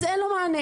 אז אין לו מענה.